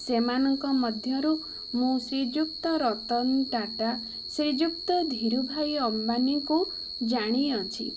ସେମାନଙ୍କ ମଧ୍ୟରୁ ମୁଁ ଶ୍ରୀଯୁକ୍ତ ରତନ୍ ଟାଟା ଶ୍ରୀଯୁକ୍ତ ଧିରୁ ଭାଇ ଅମ୍ବାନୀଙ୍କୁ ଜାଣିଅଛି